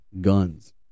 guns